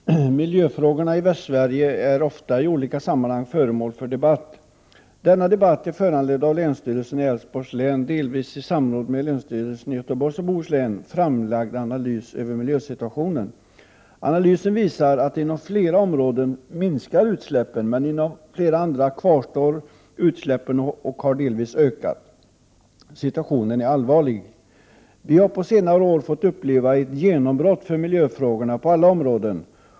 Herr talman! Miljöfrågorna är i Västsverige ofta i olika sammanhang föremål för debatt. Denna debatt är föranledd av att länsstyrelsen i Älvsborgs län delvis i samråd med länsstyrelsen i Göteborgs och Bohus län framlagt en analys över miljösituationen. Analysen visar att utsläppen minskar inom flera områden, men inom flera andra kvarstår de eller har delvis ökat. Situationen är allvarlig. Vi har på senare år fått uppleva ett genombrott för miljöfrågorna på alla områden.